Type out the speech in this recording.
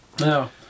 No